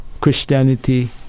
Christianity